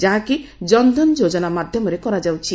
ଯାହାକି ଜନଧନ ଯୋଜନା ମାଧ୍ୟମରେ କରାଯାଉଛି